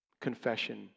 confession